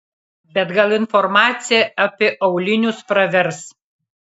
bet gal informacija apie aulinius pravers